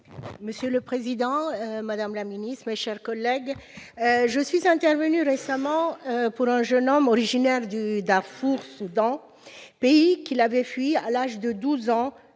Monsieur le président, madame la ministre, mes chers collègues, je suis intervenue récemment en faveur d'un jeune homme originaire du Darfour, au Soudan, pays qu'il avait fui à l'âge de douze ans